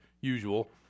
usual